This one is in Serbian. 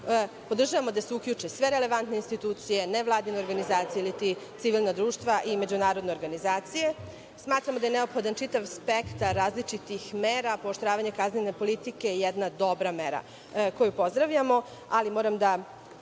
Podržavamo da se uključe sve relevantne institucije, nevladine organizacije ili ti civilna društva i međunarodne organizacije. Smatramo da je neophodan čitav spektar različitih mera, pooštravanje kaznene politike je jedna dobra mera koju pozdravljamo. Moram da